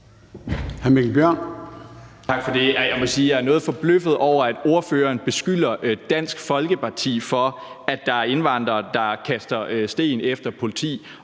noget forbløffet over, at ordføreren beskylder Dansk Folkeparti for, at der er indvandrere, der kaster sten efter politiet